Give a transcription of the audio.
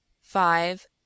five